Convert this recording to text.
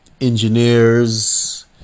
engineers